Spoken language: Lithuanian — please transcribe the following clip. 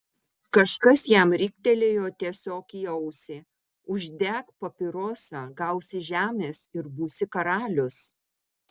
kažkas jam riktelėjo tiesiog į ausį uždek papirosą gausi žemės ir būsi karalius